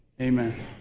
amen